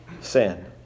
sin